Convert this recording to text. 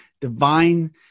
divine